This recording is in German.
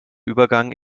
übergang